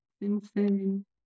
Insane